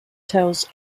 tells